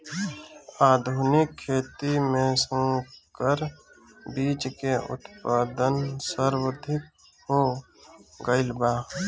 आधुनिक खेती में संकर बीज के उत्पादन सर्वाधिक हो गईल बा